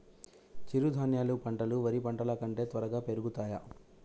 చిరుధాన్యాలు పంటలు వరి పంటలు కంటే త్వరగా పెరుగుతయా?